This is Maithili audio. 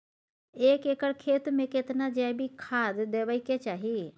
एक एकर खेत मे केतना जैविक खाद देबै के चाही?